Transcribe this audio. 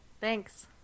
Thanks